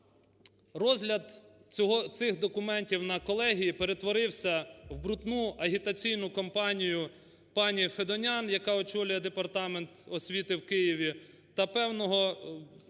Розгляд цих документів на колегії перетворився в брудну агітаційну кампанії пані Фіданян, яка очолює департамент освіти в Києві, та певного